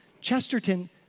Chesterton